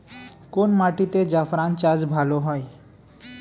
কোন মাটিতে জাফরান চাষ ভালো হয়?